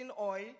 oil